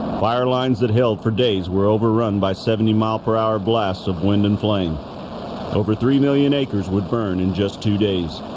fire lines that held for days were overrun by seventy mile-per-hour blasts of wind and flame over three million acres would burn in just two days